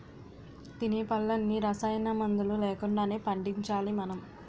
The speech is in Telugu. తినే పళ్ళన్నీ రసాయనమందులు లేకుండానే పండించాలి మనం